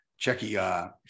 checky